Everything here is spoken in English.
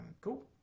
Cool